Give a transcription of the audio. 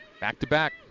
Back-to-back